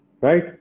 Right